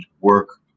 work